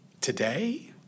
Today